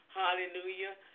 hallelujah